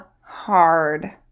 hard